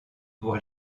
pour